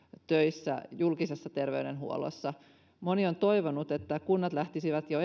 töissä julkisessa terveydenhuollossa moni on toivonut että kunnat ja myös sairaanhoitopiirit lähtisivät jo